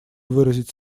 выразить